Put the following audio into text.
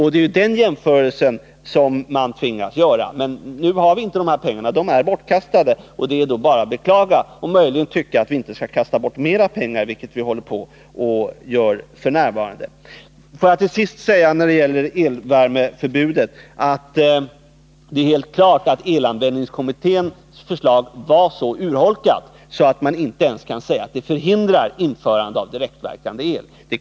Det är den jämförelsen som man tvingas göra. Men nu har vi inte de här pengarna — de är bortkastade. Det är bara att beklaga, men man kan då tycka att vi inte skulle kasta bort mer pengar, vilket vi f. n. håller på med. När det gäller elvärmeförbudet är det helt klart att elanvändningskommitténs förslag var så urholkat att det inte ens förhindrar införande av direktverkande el.